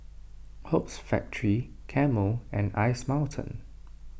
Hoops Factory Camel and Ice Mountain